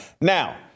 Now